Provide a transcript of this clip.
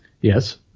Yes